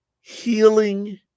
healing